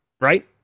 right